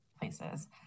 places